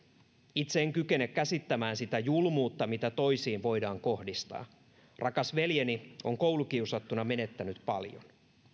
itse en kykene käsittämään sitä julmuutta mitä toisiin voidaan kohdistaa rakas veljeni on koulukiusattuna menettänyt paljon